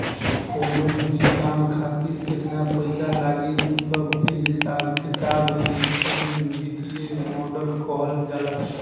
कवनो भी काम खातिर केतन पईसा लागी उ सब के हिसाब किताब लिखल वित्तीय मॉडल कहल जाला